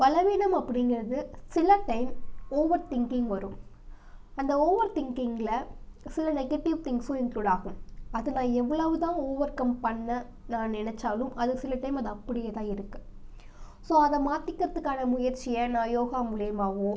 பலவீனம் அப்படிங்கிறது சில டைம் ஓவர் திங்கிங் வரும் அந்த ஓவர் திங்கிங்கில் சில நெகட்டிவ் திங்க்ஸும் இன்க்ளூட் ஆகும் அது நான் எவ்வளவு தான் ஓவர்கம் பண்ண நான் நினச்சாலும் அது சில டைம் அது அப்படியே தான் இருக்குது ஸோ அதை மாற்றிக்கிறதுக்கான முயற்சியை நான் யோகா மூலயமாவும்